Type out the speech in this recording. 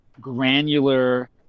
granular